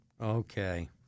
Okay